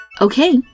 Okay